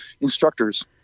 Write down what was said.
instructors